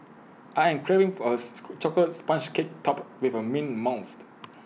I am craving for A Chocolate Sponge Cake Topped with A mint monster